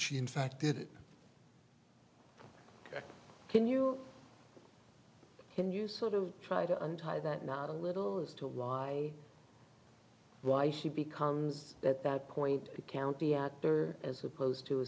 she in fact did it can you can you sort of try to untie that not a little as to why why she becomes at that point a county actor as opposed to a